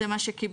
זה מה שקיבלתי.